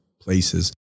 places